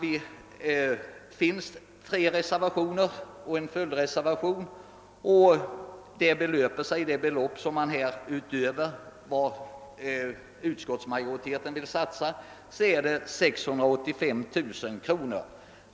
I de tre reservationer och den följdreservation som fogats till utlåtandet vill man satsa, utöver vad utskottsmajoriteten tillstyrker, 685 000 kronor.